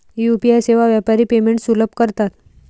UPI सेवा व्यापारी payments सुलभ करतात